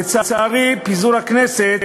לצערי, פיזור הכנסת,